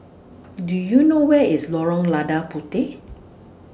Do YOU know Where IS Lorong Lada Puteh